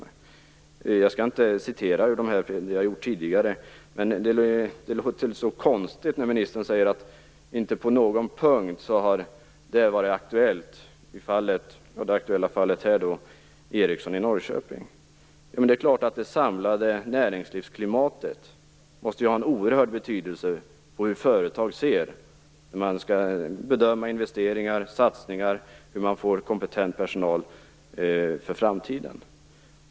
Jag skall nu inte citera ur de här artiklarna - det har jag gjort tidigare. Det låter ändå konstigt när ministern säger att den svenska industri och näringspolitiken inte har varit av någon som helst betydelse i det nu aktuella fallet, Ericsson i Norrköping. Det är klart att det samlade näringslivsklimatet måste ha en oerhörd betydelse för hur företag bedömer investeringar och satsningar och hur man får kompetent personal för framtiden.